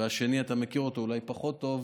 ואת השני אתה מכיר אולי פחות טוב,